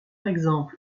exemple